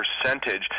percentage